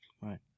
right